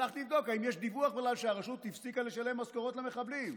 הלכתי לבדוק אם יש דיווח בכלל שהרשות הפסיקה לשלם משכורות למחבלים.